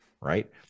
Right